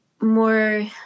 more